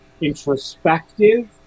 introspective